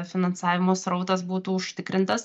finansavimo srautas būtų užtikrintas